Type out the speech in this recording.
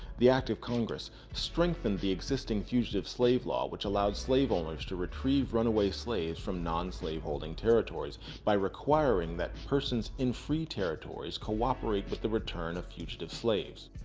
the act of congress strengthened the existing fugitive slave law which allowed slaveowners to retrieve runaway slaves from non-slaveholding territories by requiring that persons in free territories cooperate with the return of fugitive slaves.